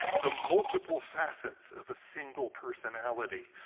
the multiple facets of a single personality.